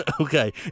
Okay